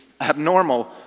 abnormal